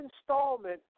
installment